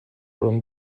from